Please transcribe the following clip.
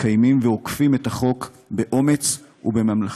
מקיימים ואוכפים את החוק באומץ ובממלכתיות.